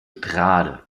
trade